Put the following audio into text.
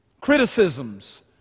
Criticisms